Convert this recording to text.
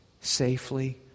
safely